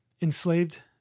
enslaved